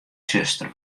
tsjuster